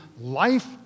life